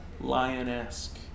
lion-esque